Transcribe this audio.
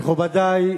מכובדי,